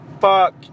Fuck